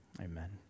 amen